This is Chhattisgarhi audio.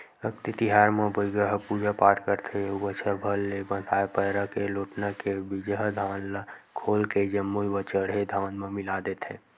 अक्ती तिहार म बइगा ह पूजा पाठ करथे अउ बछर भर ले बंधाए पैरा के लोटना के बिजहा धान ल खोल के जम्मो चड़हे धान म मिला देथे